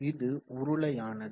இது உருளையானது